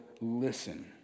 listen